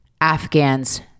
afghans